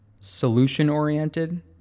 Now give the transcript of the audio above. solution-oriented